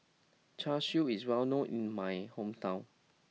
Char Siu is well known in my hometown